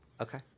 Okay